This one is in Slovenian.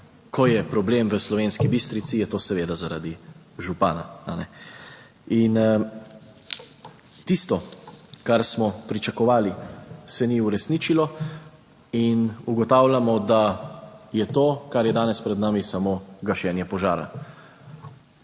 ko je problem v Slovenski Bistrici, je to seveda zaradi župana. In tisto, kar smo pričakovali, se ni uresničilo in ugotavljamo, da je to, kar je danes pred nami, samo gašenje požara,